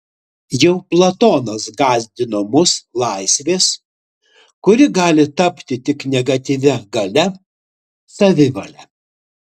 jau platonas gąsdino mus laisvės kuri gali tapti tik negatyvia galia savivale